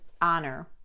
honor